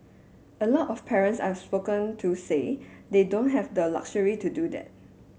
a lot of parents I've spoken to say they don't have the luxury to do that